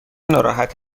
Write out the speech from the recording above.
ناراحت